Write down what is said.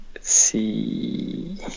see